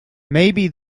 maybe